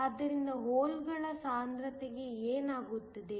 ಆದ್ದರಿಂದ ಹೋಲ್ಗಳ ಸಾಂದ್ರತೆಗೆ ಏನಾಗುತ್ತದೆ